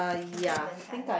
can take the time